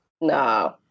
No